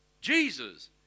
Jesus